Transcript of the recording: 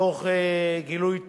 תוך גילוי תבונה,